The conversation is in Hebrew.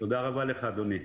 רבה לך, אדוני.